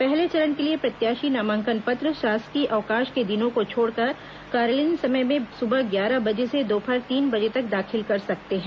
पहले चरण के लिए प्रत्याशी नामांकन पत्र शासकीय अवकाश के दिनों को छोड़कर कार्यालयीन समय में सुबह ग्यारह बजे से दोपहर तीन बजे तक दाखिल कर सकते हैं